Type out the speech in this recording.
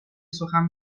سخن